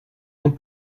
ans